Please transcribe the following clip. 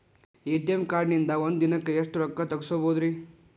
ATM ಕಾರ್ಡ್ನ್ಯಾಗಿನ್ದ್ ಒಂದ್ ದಿನಕ್ಕ್ ಎಷ್ಟ ರೊಕ್ಕಾ ತೆಗಸ್ಬೋದ್ರಿ?